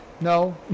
no